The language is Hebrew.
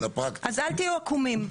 אז אל תהיו עקומים,